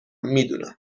میدونم